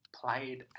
played